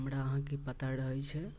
हमरा अहाँकेँ पता रहैत छै